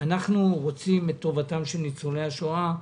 אנחנו רוצים בטובתם של ניצולי השואה,